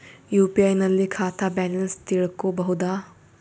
UPI ನಲ್ಲಿ ಖಾತಾ balance ತಿಳಕೊ ಬಹುದಾ?